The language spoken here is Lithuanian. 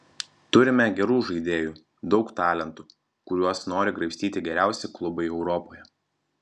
turime gerų žaidėjų daug talentų kuriuos nori graibstyti geriausi klubai europoje